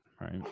Right